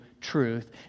truth